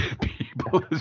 people